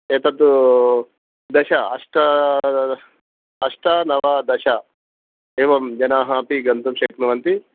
एतत् दश अष्ट अष्ट नव दश एवं जनाः अपि गन्तुं शक्नुवन्ति